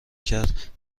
کرد